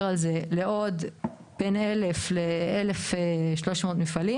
עוד לא גיבשנו נוסח מוסכם על שני הצדדים.